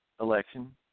election